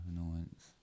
Annoyance